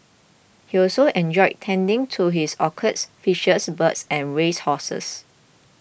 he also enjoyed tending to his orchids fishes birds and race horses